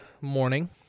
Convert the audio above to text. morning